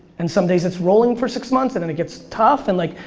and some days it's rolling for six months and then it gets tough. and like,